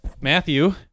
Matthew